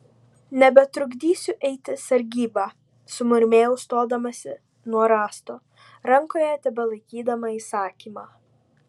nebetrukdysiu eiti sargybą sumurmėjau stodamasi nuo rąsto rankoje tebelaikydama įsakymą